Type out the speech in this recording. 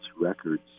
Records